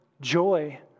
joy